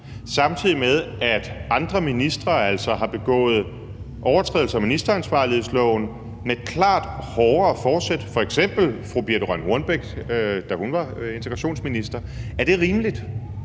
samtidig med at andre ministre altså har begået overtrædelser af ministeransvarlighedsloven med klart grovere forsæt, f.eks. fru Birthe Rønn Hornbech, da hun var integrationsminister. Er det rimeligt?